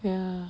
ya